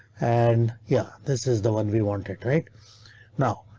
and yeah, this is the one we want it right now.